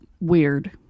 weird